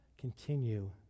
continue